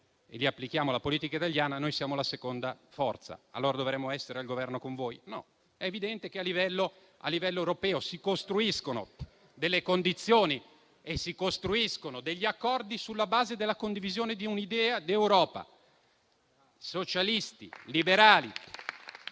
e lo applichiamo alla politica italiana, noi siamo la seconda forza. Allora dovremmo essere al Governo con voi? No, è evidente che a livello a livello europeo si costruiscono delle condizioni e si costruiscono degli accordi sulla base della condivisione di un'idea d'Europa. Socialisti, liberali